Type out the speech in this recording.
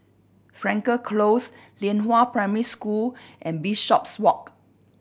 Frankel Close Lianhua Primary School and Bishopswalk